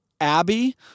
Abby